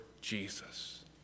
Jesus